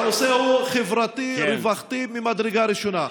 הנושא הוא חברתי ורווחתי ממדרגה ראשונה.